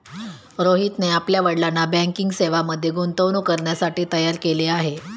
रोहितने आपल्या वडिलांना बँकिंग सेवांमध्ये गुंतवणूक करण्यासाठी तयार केले आहे